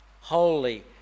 holy